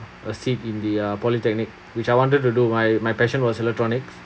a seat in the uh polytechnic which I wanted to do my my passion was electronics